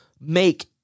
make